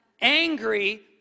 angry